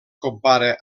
compara